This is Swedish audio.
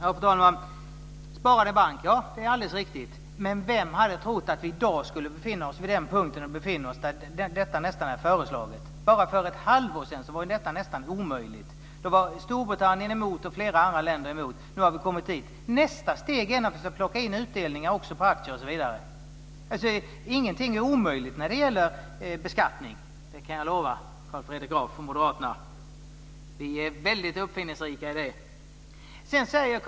Fru talman! Sparande i bank, ja, det är alldeles riktigt. Men vem hade trott att vi i dag skulle befinna oss vid den punkt där vi befinner oss, där detta nästan är föreslaget. Bara för ett halvår sedan var detta nästan omöjligt. Storbritannien och flera andra länder var emot. Nu har vi kommit dit. Nästa steg är naturligtvis att plocka in utdelningar även på aktier osv. Ingenting är omöjligt när det gäller beskattning. Det kan jag lova Carl Fredrik Graf och moderaterna. Vi är väldigt uppfinningsrika när det gäller det.